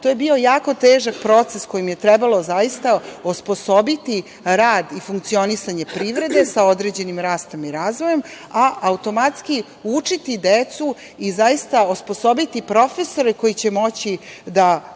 to je bio jako težak proces kojim je trebalo zaista osposobiti rad i funkcionisanje privrede sa određenim rastom i razvojem, a automatski učiti decu i osposobiti profesore koji će moći da